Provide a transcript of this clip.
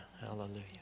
Hallelujah